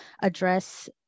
address